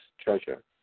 treasure